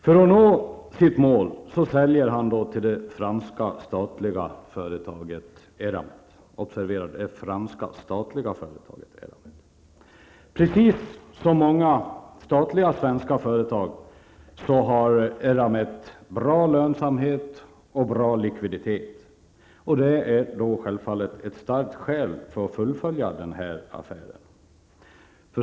För att nå sitt mål säljer han företaget till det franska statliga företaget Eramet. Precis som många statliga svenska företag har Eramet bra lönsamhet och god likviditet, vilket självfallet är ett starkt skäl för att fullfölja affären.